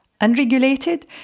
unregulated